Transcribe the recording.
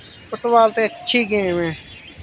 football ते अच्छी game ऐ